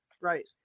right